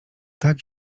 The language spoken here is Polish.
tak